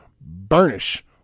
burnish